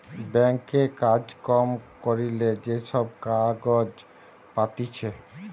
bank এ কাজ কম করিলে যে সব কাগজ পাতিছে